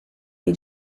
dei